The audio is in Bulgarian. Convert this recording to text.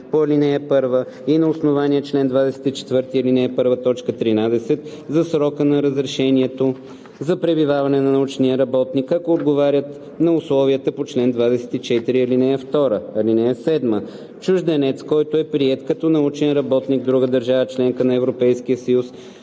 по ал. 1 на основание чл. 24, ал. 1, т. 13 за срока на разрешението за пребиваване на научния работник, ако отговарят на условията по чл. 24, ал. 2. (7) Чужденец, който е приет като научен работник в друга държава – членка на Европейския съюз,